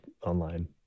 online